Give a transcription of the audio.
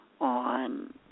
on